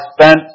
spent